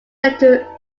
centre